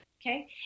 Okay